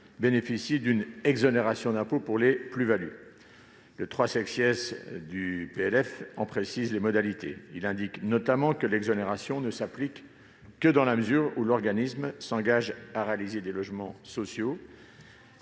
bénéficient d'une exonération d'impôt pour les plus-values. L'article 3 en précise les modalités, en indiquant notamment que l'exonération ne s'applique que dans la mesure où l'organisme s'engage à réaliser des logements sociaux